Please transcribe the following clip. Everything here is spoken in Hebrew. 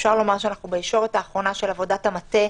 ואפשר לומר שאנחנו בישורת האחרונה של עבודת המטה,